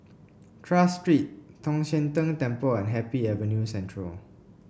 Tras Street Tong Sian Tng Temple and Happy Avenue Central